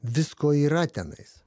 visko yra tenais